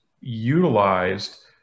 utilized